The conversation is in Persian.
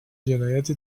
جنایت